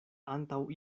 antaŭ